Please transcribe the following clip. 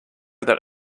that